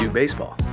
baseball